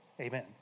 Amen